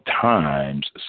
times